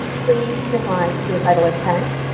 please define suicidal intent,